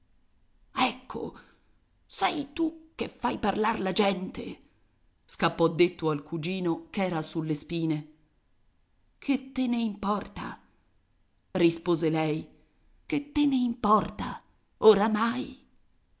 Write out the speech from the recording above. ecco sei tu che fai parlare la gente scappò detto al cugino ch'era sulle spine che te ne importa rispose lei che te ne importa oramai